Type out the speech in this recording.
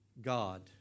God